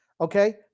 Okay